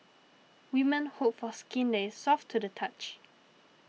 women hope for skin that is soft to the touch